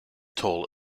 tall